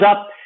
up